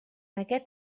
aquest